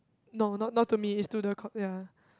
no not not to me is to the co~ ya